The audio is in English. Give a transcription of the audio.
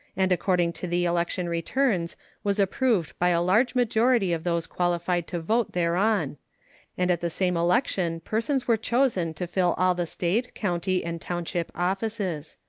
and according to the election returns was approved by a large majority of those qualified to vote thereon and at the same election persons were chosen to fill all the state, county, and township offices.